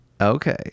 Okay